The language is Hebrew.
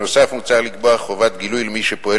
בנוסף מוצע לקבוע חובת גילוי למי שפועל